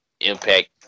Impact